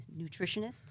nutritionist